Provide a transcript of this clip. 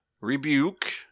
Rebuke